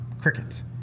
Crickets